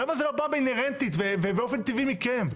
למה זה לא בא באינהרנטית, באופן טבעי מכם?